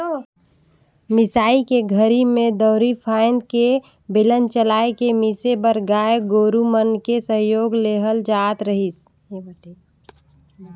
मिसई के घरी में दउंरी फ़ायन्द के बेलन चलाय के मिसे बर गाय गोरु मन के सहयोग लेहल जात रहीस